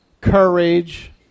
courage